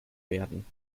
werden